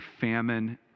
famine